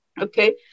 Okay